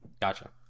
Gotcha